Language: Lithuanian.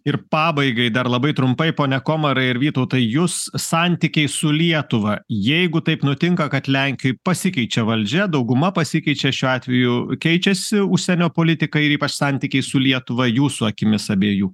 ir pabaigai dar labai trumpai pone komarai ir vytautai jus santykiai su lietuva jeigu taip nutinka kad lenkijoj pasikeičia valdžia dauguma pasikeičia šiuo atveju keičiasi užsienio politika ir ypač santykiai su lietuva jūsų akimis abiejų